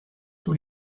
tous